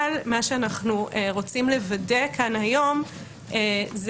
אבל מה שאנחנו רוצים לוודא כאן היום זה